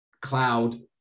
cloud